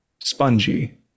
spongy